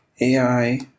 AI